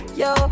yo